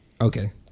okay